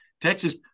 Texas